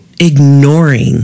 ignoring